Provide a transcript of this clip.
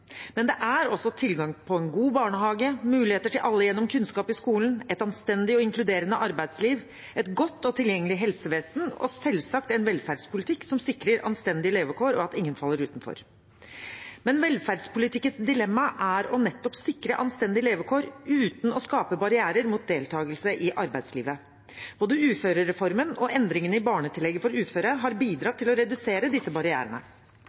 men det er også tilgang på en god barnehage, muligheter til alle gjennom kunnskap i skolen, et anstendig og inkluderende arbeidsliv, et godt og tilgjengelig helsevesen og selvsagt en velferdspolitikk som sikrer anstendige levekår, og at ingen faller utenfor. Men velferdspolitikkens dilemma er nettopp å sikre anstendige levekår uten å skape barrierer mot deltakelse i arbeidslivet. Både uførereformen og endringene i barnetillegget for uføre har bidratt til å redusere disse barrierene.